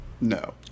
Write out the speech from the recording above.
No